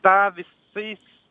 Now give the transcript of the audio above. tą visais